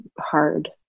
hard